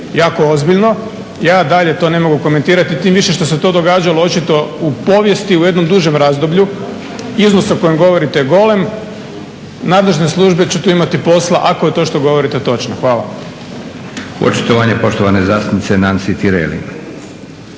jako ozbiljno. Ja dalje to ne mogu komentirati tim više što se to događalo očito u povijesti u jednom dužem razdoblju. Iznos o kojem govorite je golem. Nadležne službe će tu imati posla, ako je to što govorite točno. Hvala.